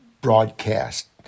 broadcast